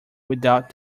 without